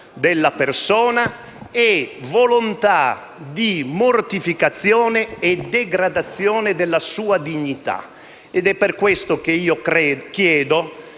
della persona e volontà di mortificazione e degradazione della sua dignità. È per questo che chiedo